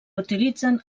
utilitzen